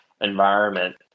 environment